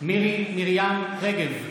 מירי מרים רגב,